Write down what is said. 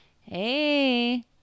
hey